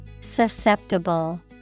Susceptible